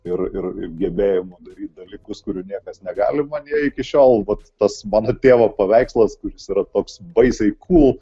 ir ir gebėjimu daryti dalykus kurių niekas negali man jie iki šiol vat tas mano tėvo paveikslas kuris yra toks baisiai kūl